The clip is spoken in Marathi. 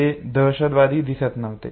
ते दहशतवादी दिसत नव्हते